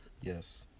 Yes